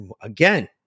again